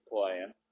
playing